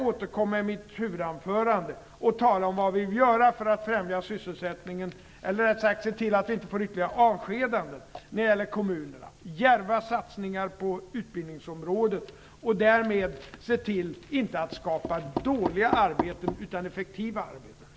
I mitt huvudanförande skall jag återkomma till vad vi vill göra för att främja sysselsättningen, eller, rättare sagt, för att se till att vi inte får ytterligare avskedanden när det gäller kommunerna - djärva satsningar på utbildningsområdet för att därmed se till, inte att skapa dåliga arbeten utan effektiva arbeten.